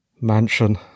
Mansion